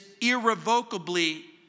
irrevocably